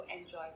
enjoy